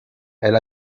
elle